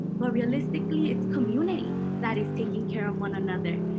but realistically it's community that is taking care of one another